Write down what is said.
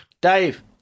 Dave